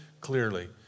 clearly